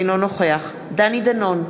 אינו נוכח דני דנון,